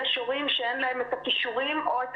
יש הורים שאין להם את הכישורים או את